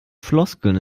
floskeln